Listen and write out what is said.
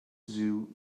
zoo